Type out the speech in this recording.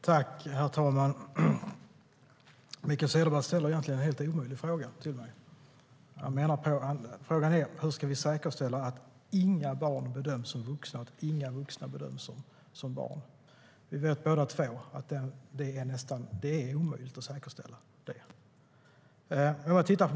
Herr talman! Mikael Cederbratt ställer egentligen en helt omöjlig fråga till mig. Frågan är: Hur ska vi säkerställa att inga barn bedöms som vuxna och att inga vuxna bedöms som barn? Vi vet båda två att det är omöjligt att säkerställa detta.